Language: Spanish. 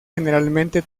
generalmente